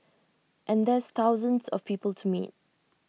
and there's thousands of people to meet